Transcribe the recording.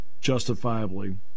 justifiably